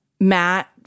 Matt